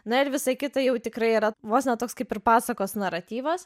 na ir visa kita jau tikrai yra vos ne toks kaip ir pasakos naratyvas